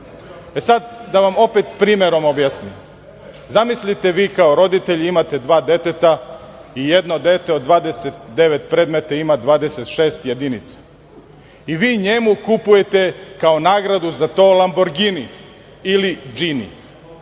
E, sad, da vam opet primerom objasnim. Zamislite vi kao roditelj imate dva deteta i jedno dete od 29 predmeta ima 26 jedinica. I vi njemu kupujete kao nagradu za to "Lamborgini" ili "Džini",